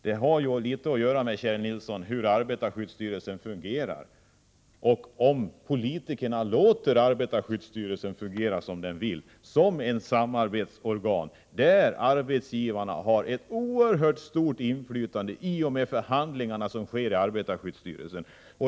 Det har, Kjell Nilsson, litet att göra med hur arbetarskyddsstyrelsen fungerar och om politikerna låter arbetarskyddsstyrelsen fungera som den vill, det vill säga som samarbetsorgan där arbetsgivarna har ett oerhört stort inflytande i och med de förhandlingar som där sker.